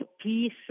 peace